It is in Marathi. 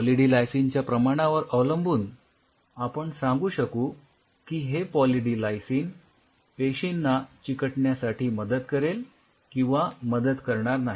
पॉली डी लायसिन च्या प्रमाणावर अवलंबून आपण सांगू शकू की हे पॉली डी लायसिन पेशींना चिकटण्यासाठी मदत करेल किंवा मदत करणार नाही